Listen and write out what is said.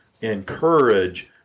encourage